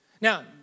Now